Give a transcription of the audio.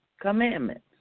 commandments